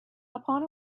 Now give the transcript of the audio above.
upon